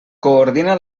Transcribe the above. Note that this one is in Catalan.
coordina